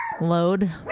Load